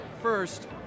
first